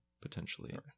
Potentially